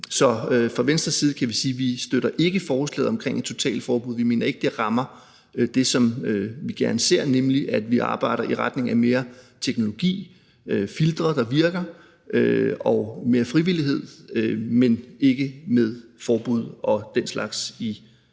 Så fra Venstres side kan vi sige, at vi ikke støtter forslaget omkring et totalforbud. Vi mener ikke, det rammer det, som vi gerne ser, nemlig at vi arbejder i retning af mere teknologi, filtre, der virker, og mere frivillighed, men ikke med forbud og den slags i